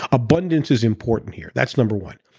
abundance is important here. that's number one.